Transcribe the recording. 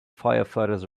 firefighters